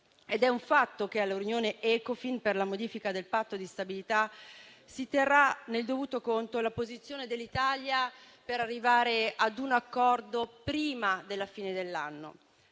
Ed è un fatto che alla riunione Ecofin per la modifica del Patto di stabilità si terrà nel dovuto conto la posizione dell'Italia per arrivare a un accordo prima della fine dell'anno.